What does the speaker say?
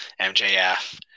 MJF